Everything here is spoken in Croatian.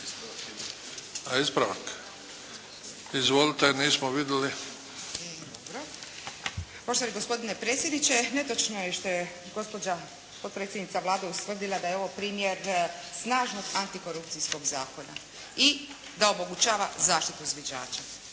Marinović, Ingrid (SDP)** Poštovani gospodine predsjedniče netočno je što je gospođa potpredsjednica Vlade ustvrdila da je ovo primjer snažnog antikorupcijskog zakona i da omogućava zaštitu zviždača.